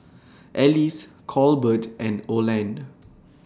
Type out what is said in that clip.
Ellis Colbert and Oland